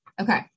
Okay